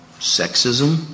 sexism